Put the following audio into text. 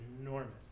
enormous